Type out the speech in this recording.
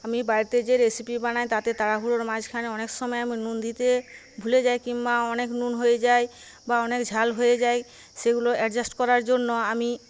আমি বাড়িতে যে রেসিপি বানাই তাতে তাড়াহুড়োর মাঝখানে অনেক সময় আমি নুন দিতে ভুলে যাই কিংবা অনেক নুন হয়ে যায় বা অনেক ঝাল হয়ে যায় সেগুলো অ্যাডজাস্ট করার জন্য আমি